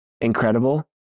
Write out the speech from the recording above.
incredible